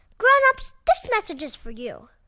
grown-ups, this message is for you